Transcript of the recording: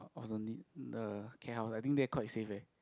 orh no need the care house I think there quite safe eh